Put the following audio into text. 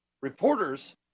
Reporters